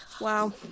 Wow